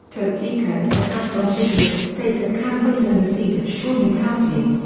topeka is the capital city of the state of kansas and the seat of shawnee county.